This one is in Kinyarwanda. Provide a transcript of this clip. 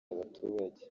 abaturage